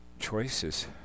choices